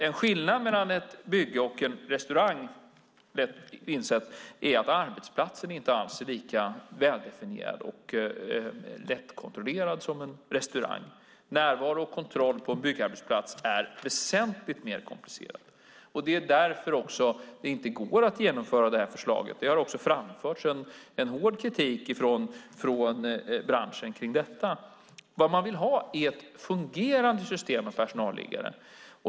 En skillnad mellan ett bygge och en restaurang är, lätt insett, att arbetsplatsen på ett bygge inte är lika väldefinierad och lättkontrollerad som på en restaurang. Närvaro och kontroll på en byggarbetsplats är väsentligt mer komplicerat. Det är därför det inte går att genomföra förslaget. Det har också framförts hård kritik från branschen om detta. Vad man vill ha är ett fungerande system med personalliggare.